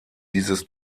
dieses